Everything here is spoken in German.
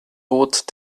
ruht